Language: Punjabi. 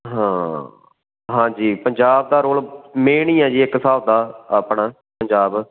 ਹਾਂ ਹਾਂਜੀ ਪੰਜਾਬ ਦਾ ਰੋਲ ਮੇਨ ਹੀ ਆ ਜੀ ਇੱਕ ਹਿਸਾਬ ਦਾ ਆਪਣਾ ਪੰਜਾਬ